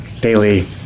daily